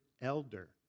elder